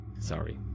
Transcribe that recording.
Sorry